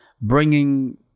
bringing